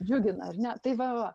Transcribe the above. džiugina ar ne tai va va va